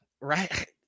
Right